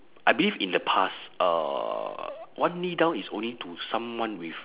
I believe in the past uh one knee down is only to someone with